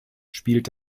spielt